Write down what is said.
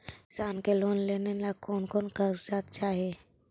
किसान के लोन लेने ला कोन कोन कागजात चाही?